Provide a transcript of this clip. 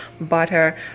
butter